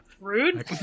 Rude